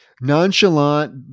nonchalant